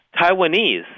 Taiwanese